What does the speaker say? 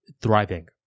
thriving